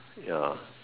ya